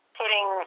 putting